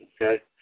Okay